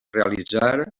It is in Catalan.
realitzar